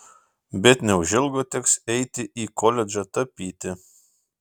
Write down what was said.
bet neužilgo teks eiti į koledžą tapyti